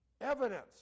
evidence